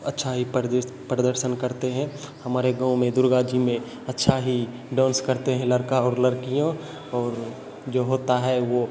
अच्छा ही प्रदर्शन करते हैं हमारे गाँव में दुर्गा जी में अच्छा ही डांस करते हैं लड़का और लड़कियाँ और जो होता है वो